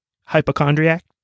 Hypochondriac